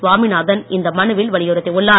சுவாமிநாதன் இந்த மனுவில் வலியுறுத்தியுள்ளார்